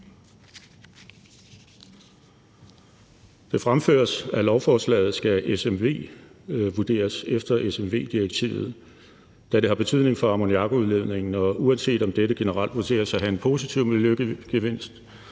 Der fremføres, at lovforslaget skal smv-vurderes efter smv-direktivet, da det har betydning for ammoniakudledningen, og uanset om dette generelt vurderes at have en positiv miljøgevinst,